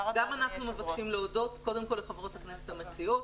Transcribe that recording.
גם אנחנו מבקשים להודות קודם כל לחברות הכנסת המציעות,